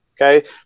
okay